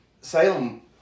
salem